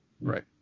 Right